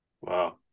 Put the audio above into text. Wow